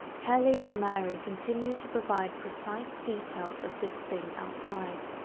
kelly and mary continued to provide precise details of this thing outside.